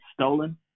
stolen